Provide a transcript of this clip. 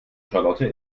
charlotte